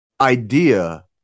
idea